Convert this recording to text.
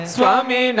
Swami